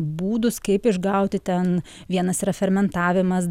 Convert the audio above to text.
būdus kaip išgauti ten vienas yra fermentavimas